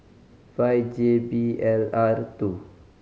five J B L R two